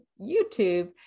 YouTube